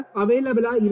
available